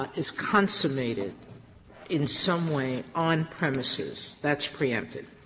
ah is consummated in some way on premises, that's preempted?